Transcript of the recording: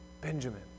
Benjamin